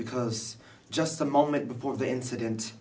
because just a moment before the incident